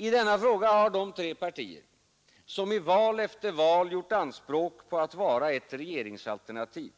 I denna fråga har de tre partier, som i val efter val gjort anspråk på att vara ett regeringsalternativ,